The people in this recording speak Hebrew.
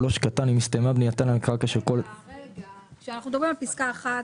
כאשר אנחנו מדברים על פסקה (1),